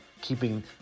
Keeping